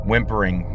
Whimpering